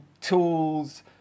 tools